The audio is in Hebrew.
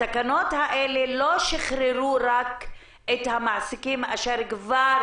התקנות האלה לא שיחררו רק את המעסיקים אשר כבר